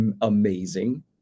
amazing